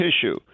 tissue